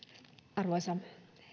arvoisa